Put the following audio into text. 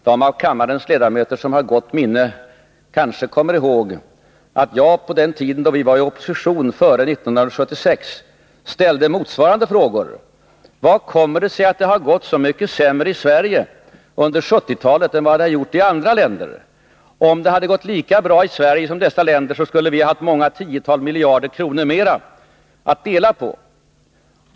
De av kammarens ledamöter som har gott minne kanske kommer ihåg att jag på den tid då vi var i opposition före 1976 ställde motsvarande fråga: Vad kommer det sig att det under 1970-talet har gått så mycket sämre i Sverige än vad det har gjort i andra länder? Jag sade: Om det hade gått lika bra i Sverige som i dessa länder, så skulle vi ha haft många tiotal miljarder kronor mer att dela på.